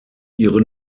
ihre